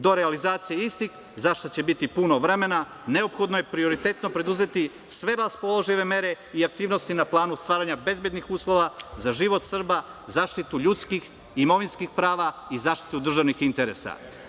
Do realizacije istih zašta će biti puno vremena neophodno je prioritetno preduzeti sve raspoložive mere i aktivnosti na planu stvaranja bezbednih uslova za život Srba, zaštitu ljudskih i imovinskih prava i zaštitu državnih interesa.